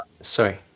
sorry